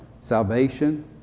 salvation